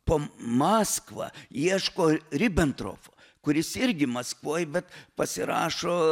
po maskvą ieško ribentropo kuris irgi maskvoj bet pasirašo